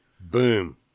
Boom